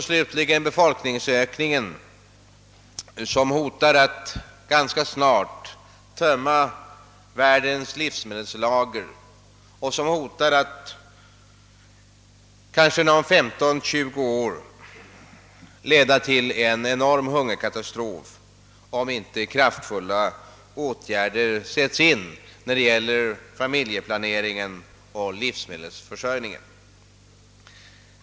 Slutligen hotar befolkningsökningen att ganska snart tömma världens livsmedelslager och leder kanske inom 15 —20 år till en enorm hungerkatastrof, om inte kraftfulla åtgärder vidtages för familjeplaneringen och livsmedelsförsörjningen.